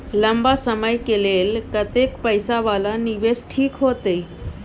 लंबा समय के लेल कतेक पैसा वाला निवेश ठीक होते?